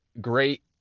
great